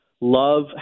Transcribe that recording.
love